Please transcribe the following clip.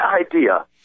idea